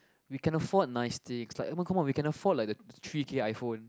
we can afford nice things cause like almost come out we cannot afford like a three K iPhone